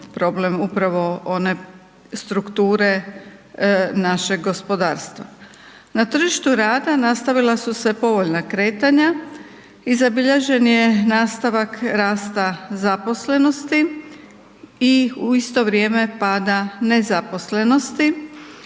problem upravo one strukture našeg gospodarstva. Na tržištu rada nastavila su se povoljna kretanja, i zabilježen je nastavak rasta zaposlenosti, i u isto vrijeme pada nezaposlenosti,